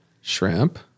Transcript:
Shrimp